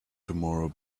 tomorrow